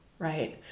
right